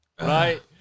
right